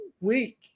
week